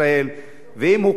ואם הוא אדם כל כך מנותק